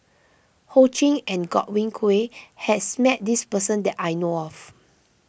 Ho Ching and Godwin Koay has met this person that I know of